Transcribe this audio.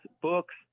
books